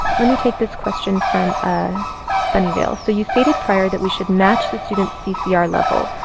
let me take this question from ah sunnyvale. so you stated prior that we should match the student's ccr level.